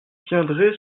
viendrez